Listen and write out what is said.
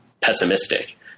pessimistic